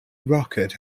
rocket